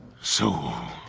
so.